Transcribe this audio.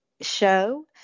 show